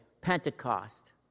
Pentecost